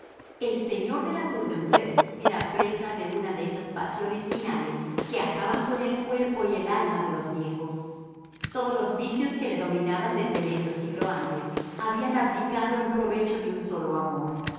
el señor de la tour de embleuse era presa de una de esas pasiones finales que acaban con el cuerpo y el alma de los viejos todos los vicios que le dominaban desde medio siglo antes habían abdicado en provecho de un solo amor